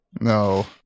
No